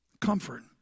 comfort